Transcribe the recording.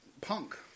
Punk